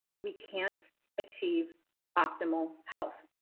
we can't achieve optimal health.